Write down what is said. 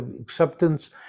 acceptance